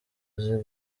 azi